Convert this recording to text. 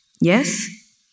Yes